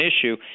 issue